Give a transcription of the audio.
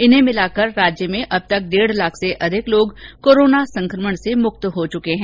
इनको भिलाकर राज्य में अब तक डेढ़ लाख से अधिक लोग कोरोना संकमण से मुक्त हो चुके हैं